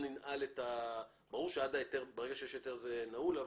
ברור שברגע שיש היתר זה נעול,